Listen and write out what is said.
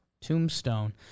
tombstone